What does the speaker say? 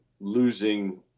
losing